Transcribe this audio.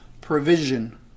provision